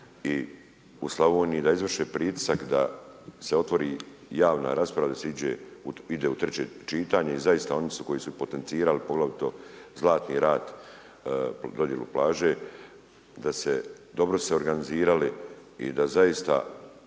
i u Slavoniji da izvrše pritisak da se otvori javna rasprava da se ide u treće čitanje. I zaista oni koji su potencirali poglavito Zlatni rat dodjelu plaže, da se dobro se organizirali i da zaista